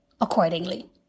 accordingly